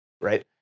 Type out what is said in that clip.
right